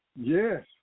Yes